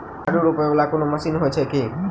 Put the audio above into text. आलु रोपा वला कोनो मशीन हो छैय की?